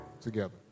together